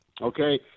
Okay